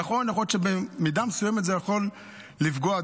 נכון שבמידה מסוימת זה יכול לפגוע.